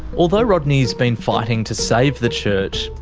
although rodney's been fighting to save the church,